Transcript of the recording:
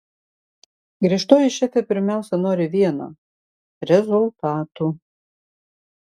griežtoji šefė pirmiausia nori vieno rezultatų